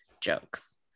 jokes